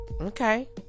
Okay